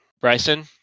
Bryson